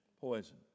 poison